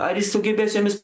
ar jis sugebės jomis